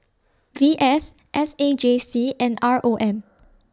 V S S A J C and R O M